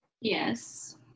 Yes